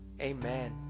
Amen